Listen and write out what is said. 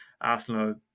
Arsenal